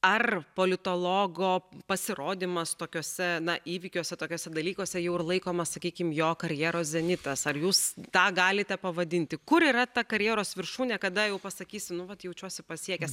ar politologo pasirodymas tokiuose įvykiuose tokiuose dalykuose jau ir laikomas sakykim jo karjeros zenitas ar jūs tą galite pavadinti kur yra ta karjeros viršūnė kada jau pasakysi nu vat jaučiuosi pasiekęs